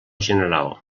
general